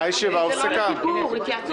דרך אגב,